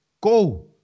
Go